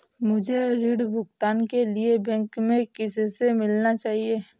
मुझे ऋण भुगतान के लिए बैंक में किससे मिलना चाहिए?